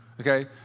Okay